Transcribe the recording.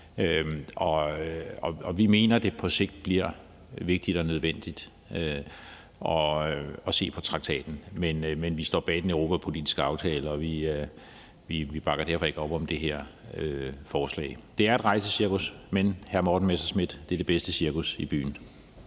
Vi mener, at det på sigt bliver vigtigt og nødvendigt at se på traktaten, men vi står bag den europapolitiske aftale, og vi bakker derfor ikke op om det her forslag. Det er et rejsecirkus, men, hr. Morten Messerschmidt, det er det bedste cirkus i byen.